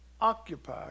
occupy